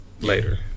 later